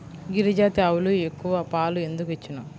గిరిజాతి ఆవులు ఎక్కువ పాలు ఎందుకు ఇచ్చును?